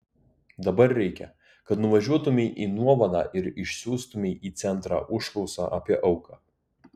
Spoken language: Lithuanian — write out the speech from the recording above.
dabar reikia kad nuvažiuotumei į nuovadą ir išsiųstumei į centrą užklausą apie auką